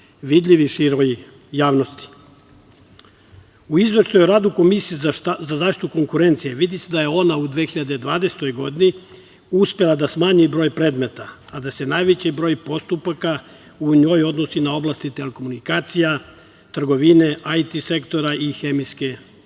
vidljivi široj javnosti.U Izveštaju o radu Komisije za zaštitu konkurencije vidi se da je ona u 2020. godini uspela da smanji broj predmeta, a da se najveći broj postupaka u njoj odnosi na oblasti telekomunikacija, trgovine, IT sektora i hemijske